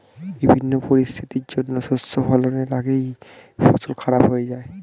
বিভিন্ন পরিস্থিতির জন্যে শস্য ফলনের আগেই ফসল খারাপ হয়ে যায়